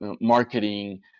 marketing